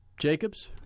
Jacobs